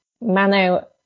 Mano